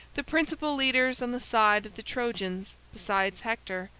the principal leaders on the side of the trojans, besides hector,